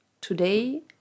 Today